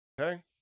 okay